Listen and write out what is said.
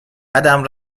قدم